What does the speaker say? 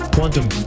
Quantum